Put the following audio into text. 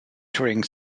during